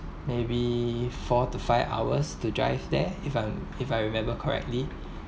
maybe four to five hours to drive there if I'm if I remember correctly